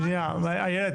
שנייה איילת.